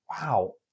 wow